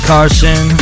Carson